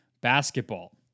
basketball